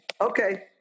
Okay